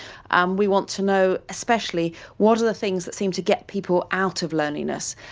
um we want to know especially what are the things that seem to get people out of loneliness.